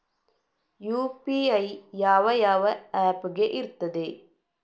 UPI ಯಾವ ಯಾವ app ಗೆ ಇರ್ತದೆ?